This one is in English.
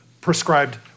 prescribed